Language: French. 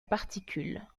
particule